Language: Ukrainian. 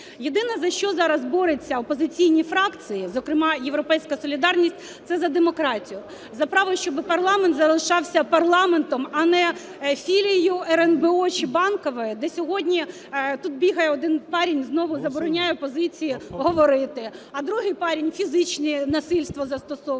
Єдине, за що зараз борються опозиційні фракції, зокрема "Європейська солідарність", це за демократію, за право, щоби парламент залишався парламентом, а не філією РНБО чи Банкової, де сьогодні... Тут бігає один парень, знову забороняє опозиції говорити, а другий парень фізичне насильство застосовує,